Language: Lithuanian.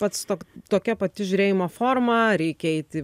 pats tok tokia pati žiūrėjimo forma reikia eiti